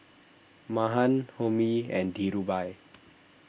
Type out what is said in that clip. Mahan Homi and Dhirubhai